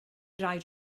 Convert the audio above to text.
raid